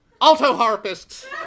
auto-harpists